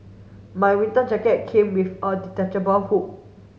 my winter jacket came with a detachable hood